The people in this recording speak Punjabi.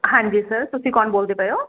ਹਾਂਜੀ ਸਰ ਤੁਸੀਂ ਕੌਣ ਬੋਲਦੇ ਪਏ ਹੋ